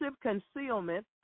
concealment